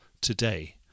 today